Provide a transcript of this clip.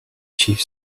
chief